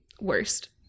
worst